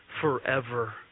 forever